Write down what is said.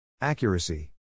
Accuracy